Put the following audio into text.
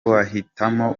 wahitamo